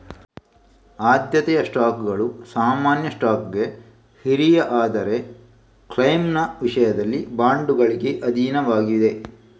ಆದ್ಯತೆಯ ಸ್ಟಾಕ್ಗಳು ಸಾಮಾನ್ಯ ಸ್ಟಾಕ್ಗೆ ಹಿರಿಯ ಆದರೆ ಕ್ಲೈಮ್ನ ವಿಷಯದಲ್ಲಿ ಬಾಂಡುಗಳಿಗೆ ಅಧೀನವಾಗಿದೆ